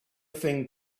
thing